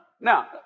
Now